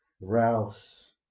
Rouse